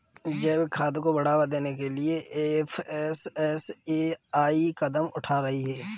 जैविक खाद को बढ़ावा देने के लिए एफ.एस.एस.ए.आई कदम उठा रही है